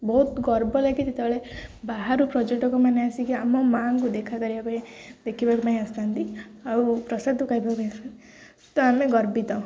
ବହୁତ ଗର୍ବ ଲାଗେ ଯେତେବେଳେ ବାହାରୁ ପର୍ଯ୍ୟଟକମାନେ ଆସିକି ଆମ ମାଙ୍କୁ ଦେଖା କରିବା ପାଇଁ ଦେଖିବା ପାଇଁ ଆସିଥାନ୍ତି ଆଉ ପ୍ରସାଦ ଖାଇବା ପାଇଁ ଆସଥାନ୍ତି ତ ଆମେ ଗର୍ବିତ